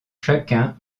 chacun